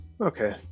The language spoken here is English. Okay